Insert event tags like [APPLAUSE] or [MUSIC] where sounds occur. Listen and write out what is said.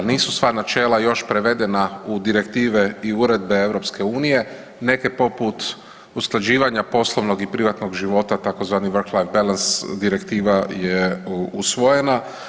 Nisu sva načela još prevedena u direktive i uredbe EU neke poput usklađivanja poslovnog i privatnog života tzv. … [UNINTELLIGIBLE] direktiva je usvojena.